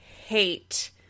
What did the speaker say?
hate